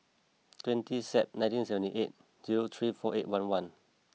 twenty Sep nineteen seventy eight zero three four eight one one